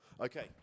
Okay